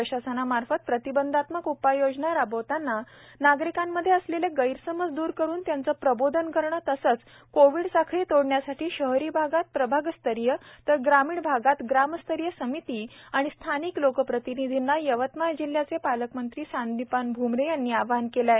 प्रशासनामार्फत प्रतिबंधात्मक उपाययोजना राबवितांना नागरिकांमध्ये असलेले गैरसमज दुर करून त्यांचे प्रबोधन करणे तसेच कोविड साखळी तोडण्यासाठी शहरी भागात प्रभागस्तरीय तर ग्रामीण भागात ग्रामस्तरीय समिती आणि स्थानिक लोकप्रतिनिधींना यवतमाळ जिल्ह्याचे पालकमंत्री संदिपान भ्मरे यांनी आवाहन केले आहे